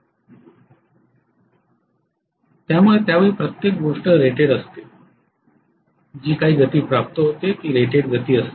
त्यामुळे त्यावेळी प्रत्येक गोष्ट रेटेड असते जी काही गती प्राप्त होते ती रेटेड गती असते